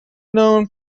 known